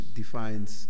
defines